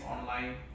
online